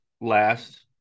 last